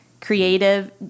creative